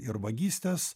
ir vagystės